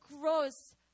gross